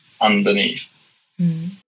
underneath